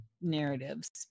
narratives